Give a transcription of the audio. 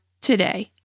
today